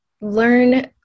learn